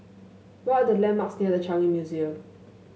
what are the landmarks near The Changi Museum